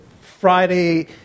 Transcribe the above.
Friday